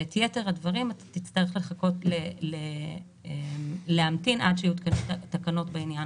ולגבי יתר הדברים תצטרך להמתין עד שיהיו תקנות באותו עניין.